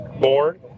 born